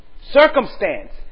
circumstance